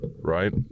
right